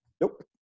Nope